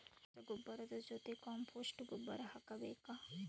ರಸಗೊಬ್ಬರದ ಜೊತೆ ಕಾಂಪೋಸ್ಟ್ ಗೊಬ್ಬರ ಹಾಕಬೇಕಾ?